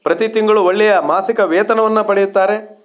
ಪ್ರತಿ ತಿಂಗಳು ಒಳ್ಳೆಯ ಮಾಸಿಕ ವೇತನವನ್ನು ಪಡೆಯುತ್ತಾರೆ